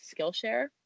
Skillshare